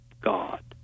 God